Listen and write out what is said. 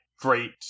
great